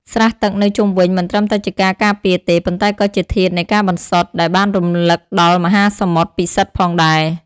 ស្រះទឹកនៅជុំវិញមិនត្រឹមតែជាការការពារទេ ប៉ុន្តែក៏ជាធាតុនៃការបន្សុទ្ធដែលបានរំឭកដល់មហាសមុទ្រពិសិដ្ឋផងដែរ។